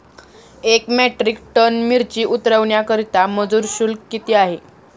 एक metric tonne मिरची उतरवण्याकरता मजूर शुल्क किती आहे?